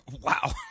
Wow